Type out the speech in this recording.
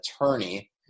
attorney